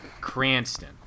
Cranston